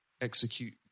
execute